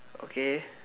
okay